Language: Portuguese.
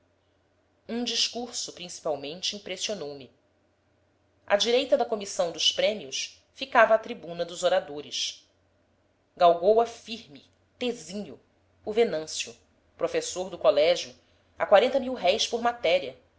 um discurso principalmente impressionou me à direita da comissão dos prêmios ficava a tribuna dos oradores galgou a firme tesinho o venâncio professor do colégio a quarenta mil-réis por matéria